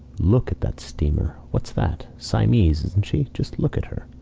look at that steamer. whats that? siamese isnt she? just look at her!